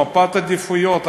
מפת עדיפויות,